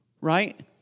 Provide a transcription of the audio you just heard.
Right